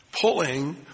Pulling